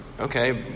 okay